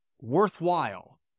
worthwhile